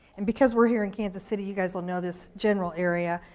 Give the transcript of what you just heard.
and because we're here in kansas city, you guys will know this general area,